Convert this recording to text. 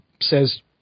says